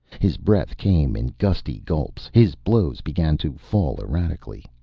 his breath came in gusty gulps, his blows began to fall erratically.